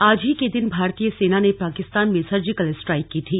आज ही के दिन भारतीय सेना ने पाकिस्तान में सर्जिकल स्ट्राइक की थी